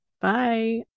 Bye